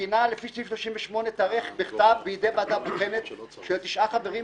הבחינה לפי סעיף 38 תיערך בכתב בידי ועדה בוחנת של תשעה חברים,